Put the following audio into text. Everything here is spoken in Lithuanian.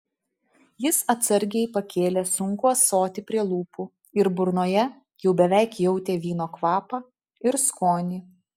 jis atsargiai pakėlė sunkų ąsotį prie lūpų ir burnoje jau beveik jautė vyno kvapą ir skonį